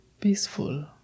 peaceful